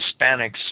Hispanics